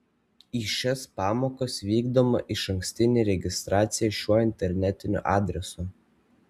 į šias pamokas vykdoma išankstinė registracija šiuo internetiniu adresu